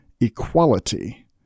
equality